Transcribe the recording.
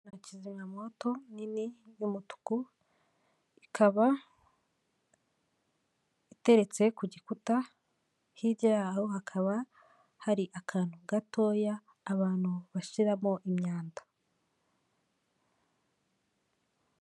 Kizimyamowoto nini y'umutuku ikaba iteretse ku gikuta hirya y'aho hakaba hari akantu gatoya abantu bashiramo imyanda.